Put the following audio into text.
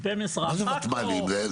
מה זה ותמ"לים?